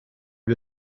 wir